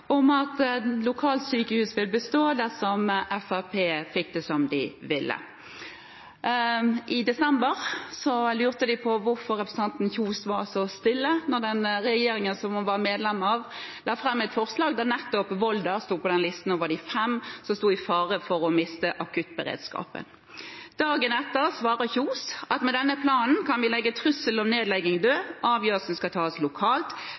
om at lokalsykehuset ville bestå dersom Fremskrittspartiet fikk det som de ville. I desember lurte de på hvorfor representanten Kjønaas Kjos var så stille da den regjeringen som hun var medlem av, la fram et forslag der nettopp Volda sto på listen over de fem som sto i fare for å miste akuttberedskapen. Dagen etter svarer Kjønaas Kjos at med denne planen kan vi legge trusselen om nedlegging død, avgjørelsen skal tas lokalt,